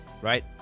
right